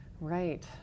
Right